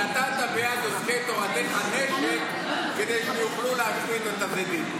נתת ביד עוסקי תורתך נשק כדי שיוכלו להשמיד את הזדים.